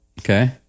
Okay